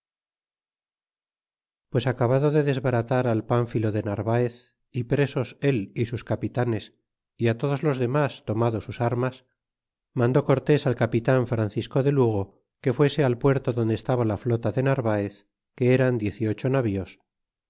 pues acabado de desbaratar al pmphilo de narvaez é presos él y sus capitanes todos los demas tomado sus armas mandó cortes al capitan francisco de lugo que fuese al puerto donde estaba la flota de narvaez que eran